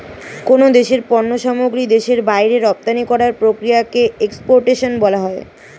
কোন দেশের পণ্য সামগ্রী দেশের বাইরে রপ্তানি করার প্রক্রিয়াকে এক্সপোর্টেশন বলা হয়